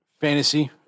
fantasy